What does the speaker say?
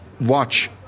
watch